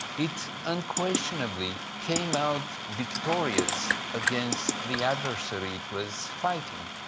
it unquestionably came out victorious against the adversary it was fighting.